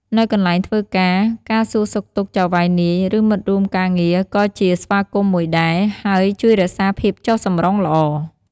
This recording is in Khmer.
នៅកន្លែងធ្វើការ ការសួរសុខទុក្ខចៅហ្វាយនាយ ឬមិត្តរួមការងារក៏ជាស្វាគមន៍មួយដែរ ហើយជួយរក្សាភាពចុះសម្រុងល្អ។